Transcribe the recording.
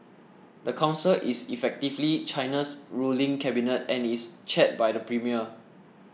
the council is effectively China's ruling cabinet and is chaired by the premier